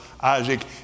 Isaac